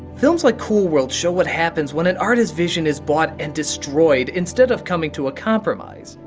films like cool world show what happens when an artist's vision is bought and destroyed, instead of coming to a compromise.